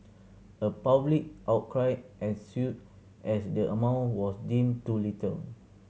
a public outcry ensued as the amount was deemed too little